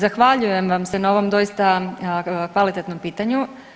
Zahvaljujem vam se na ovom doista kvalitetnom pitanju.